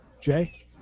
Jay